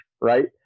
Right